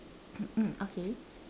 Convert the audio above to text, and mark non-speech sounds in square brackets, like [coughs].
[coughs] okay